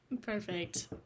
Perfect